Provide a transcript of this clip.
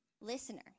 listener